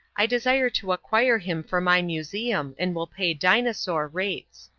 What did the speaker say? i desire to acquire him for my museum, and will pay dinosaur rates.